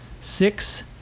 Six